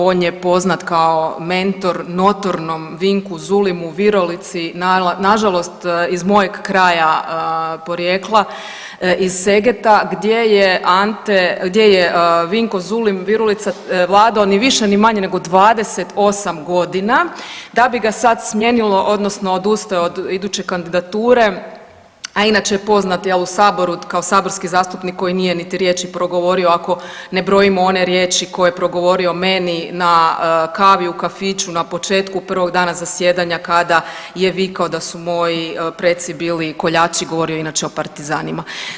On je poznat kao mentor notornom Vinku Zulimu Virulici nažalost iz mojeg kraja porijekla iz Segeta, gdje je Ante, gdje je Vinko Zulim Virulica vladao ni više ni manje nego 28 godina da bi ga sad smijenilo odnosno odustao je od iduće kandidature, a inače je poznati jel u saboru kao saborski zastupnik koji nije niti riječi progovorio, ako ne brojimo one riječi koje je progovorio meni na kavi u kafiću na početku prvog dana zasjedanja kada je vikao da su moji preci bili koljači govorio je inače o partizanima.